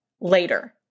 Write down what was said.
later